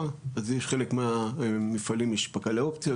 אז יש חלק מהמפעלים יש פק"לי אופציות,